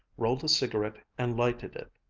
rolled a cigarette and lighted it.